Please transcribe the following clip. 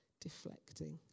deflecting